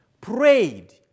prayed